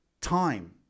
Time